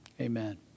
amen